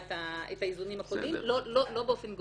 האיזונים הקודמים, לא באופן גורף.